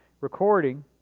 recording